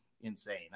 insane